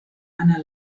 einer